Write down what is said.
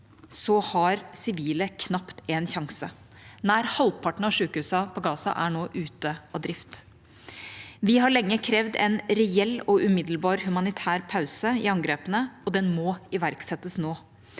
har sivile knapt en sjanse. Nær halvparten av sykehusene i Gaza er nå ute av drift. Vi har lenge krevd en reell og umiddelbar humanitær pause i angrepene, og den må iverksettes nå.